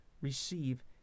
receive